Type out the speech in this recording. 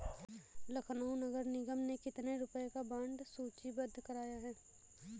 लखनऊ नगर निगम ने कितने रुपए का बॉन्ड सूचीबद्ध कराया है?